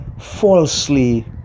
falsely